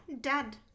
Dad